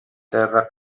terra